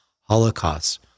holocaust